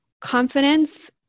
confidence